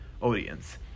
audience